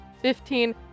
fifteen